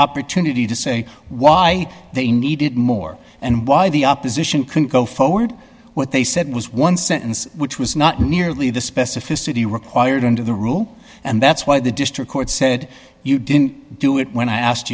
opportunity to say why they needed more and why the opposition couldn't go forward what they said was one sentence which was not nearly the specificity required under the rule and that's why the district court said you didn't do it when i asked